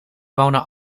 wonen